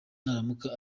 naramuka